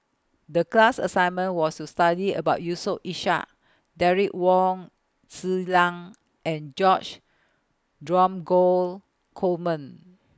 The class assignment was to study about Yusof Ishak Derek Wong Zi Liang and George Dromgold Coleman